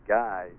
guy